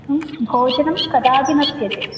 भोजनं कदापि न त्यजेत्